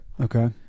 Okay